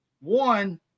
One